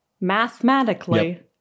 mathematically